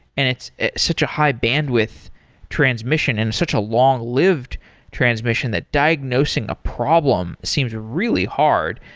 and it's such a high bandwidth transmission and such a long-lived transmission that diagnosing a problem seems really hard.